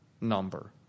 number